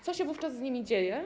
Co się wówczas z nimi dzieje?